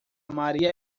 maria